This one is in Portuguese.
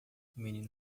menino